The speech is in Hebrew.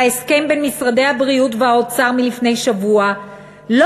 ההסכם בין משרדי הבריאות והאוצר מלפני שבוע לא